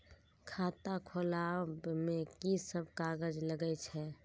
खाता खोलाअब में की सब कागज लगे छै?